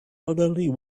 elderly